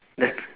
yes